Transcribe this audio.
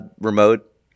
remote